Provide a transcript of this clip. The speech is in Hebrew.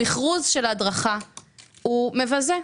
המכרוז של ההדרכה הוא מבזה,